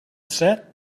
set